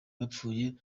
bapfuye